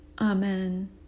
Amen